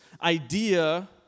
idea